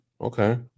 Okay